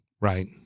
Right